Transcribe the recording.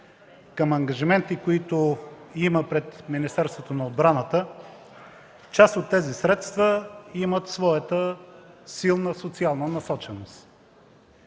към ангажименти, които има пред Министерството на отбраната, част от тези средства имат своята силна социална насоченост,